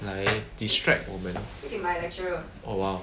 来 district 我们 oh !wow!